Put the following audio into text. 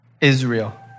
Israel